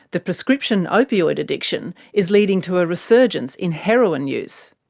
the prescription opioid addiction is leading to a resurgence in heroin use.